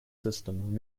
system